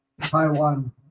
Taiwan